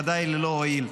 בוודאי ללא הועיל,